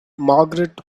margaret